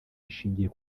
ishingiye